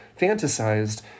fantasized